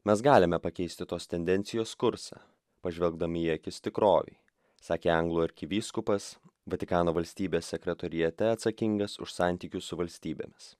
mes galime pakeisti tos tendencijos kursą pažvelgdami į akis tikrovei sakė anglų arkivyskupas vatikano valstybės sekretoriate atsakingas už santykius su valstybėmis